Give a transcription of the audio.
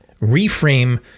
reframe